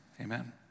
amen